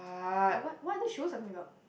what what other shoes are coming out